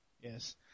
Yes